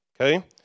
okay